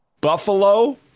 Buffalo